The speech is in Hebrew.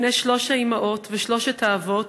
לפני שלוש האימהות ושלושת האבות,